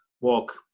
walk